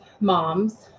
moms